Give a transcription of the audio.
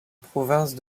province